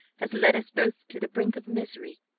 has led us both to the brink of misery.